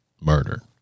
murder